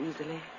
easily